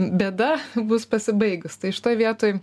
bėda bus pasibaigus tai šitoj vietoj